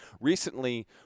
recently